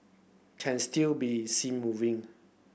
can still be seen moving